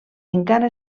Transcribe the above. encara